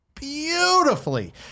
Beautifully